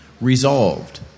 resolved